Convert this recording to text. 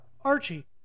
Archie